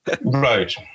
Right